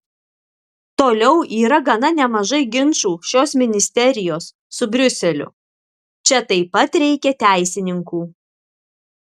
toliau yra gana nemažai ginčų šios ministerijos su briuseliu čia taip pat reikia teisininkų